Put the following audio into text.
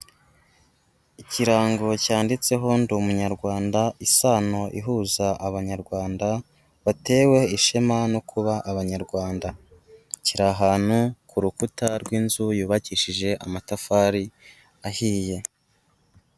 Ikirango cyanditseho Ndi Umunyarwanda isano ihuza Abanyarwanda, batewe ishema no kuba Abanyarwanda, kiri ahantu ku rukuta rw'inzu yubakishije amatafari ahiye.